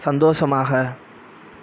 சந்தோஷமாக